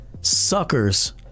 suckers